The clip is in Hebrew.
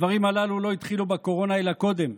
הדברים הללו לא התחילו בקורונה אלא קודם,